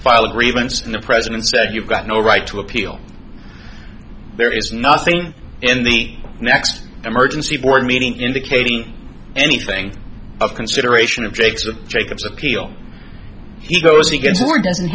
file a grievance and the president said you've got no right to appeal there is nothing in the next emergency for a meeting indicating anything of consideration of traits of jacob's appeal he goes against or doesn't